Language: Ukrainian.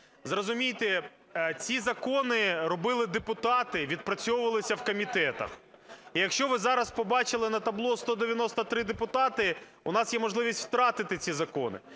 Зрозумійте, ці закони робили депутати, відпрацьовувалися в комітетах. Якщо ви зараз побачили на табло 193 депутата, у нас є можливість втратити ці закони.